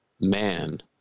man